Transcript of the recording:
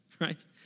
right